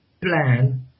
plan